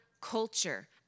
culture